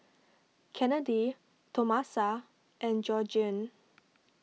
Kennedy Tomasa and Georgiann